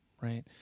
Right